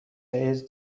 ایدز